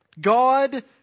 God